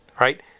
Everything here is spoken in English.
Right